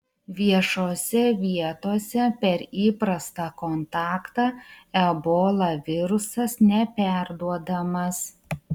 viešose vietose per įprastą kontaktą ebola virusas neperduodamas